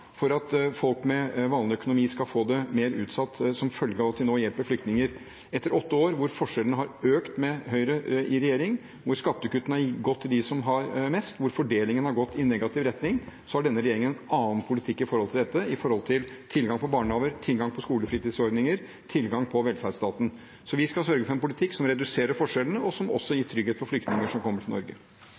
for at folk med vanlig økonomi skal få det mer utsatt som følge av at vi nå hjelper flyktninger. Etter åtte år hvor forskjellene har økt med Høyre i regjering, hvor skattekuttene har gått til dem som har mest, hvor fordelingen har gått i negativ retning, har denne regjeringen en annen politikk for dette, når det gjelder tilgang på barnehager, tilgang på skolefritidsordninger og tilgang på velferdsstaten. Vi skal sørge for en politikk som reduserer forskjellene, og som også gir trygghet for flyktninger som kommer til Norge.